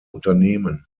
unternehmen